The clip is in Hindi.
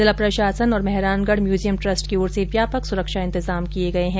जिला प्रशासन और मेहरानगढ़ म्यूजियम ट्रस्ट की ओर से व्यापक सुरक्षा इंतजाम किये गये है